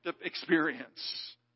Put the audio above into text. experience